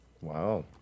wow